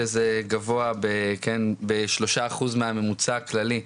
שזה גבוה בשלושה אחוז מהממוצע הכללי.